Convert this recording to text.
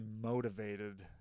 motivated